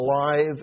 alive